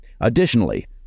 Additionally